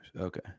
Okay